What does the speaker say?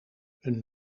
een